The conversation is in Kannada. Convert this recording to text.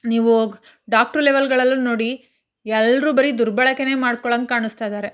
ನೀವು ಡಾಕ್ಟ್ರು ಲೆವೆಲ್ಗಳಲ್ಲೂ ನೋಡಿ ಎಲ್ಲರೂ ಬರೀ ದುರ್ಬಳಕೆಯೇ ಮಾಡ್ಕೊಳ್ಳೋಂಗೆ ಕಾಣಿಸ್ತಾಯಿದ್ದಾರೆ